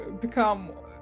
become